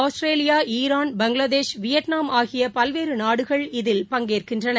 Australia Iran Bangladesh Vietnam ஆகியபல்வேறுநாடுகள் இதில் பங்கேற்கின்றன